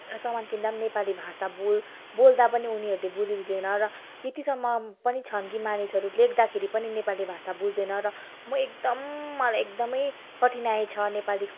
सामान किन्दा पनि नेपाली भाषा बोल बोल्दा पनि उनीहरूले बुझिदिँदैन र यतिसम्म पनि छन् कि मानिसहरू लेख्दाखेरि पनि नेपाली भाषा बुझ्दैन र म एकदम मलाई एकदमै कठिनाई छ नेपाली